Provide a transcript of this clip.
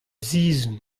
sizhun